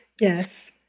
Yes